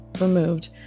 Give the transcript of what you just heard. removed